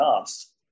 asked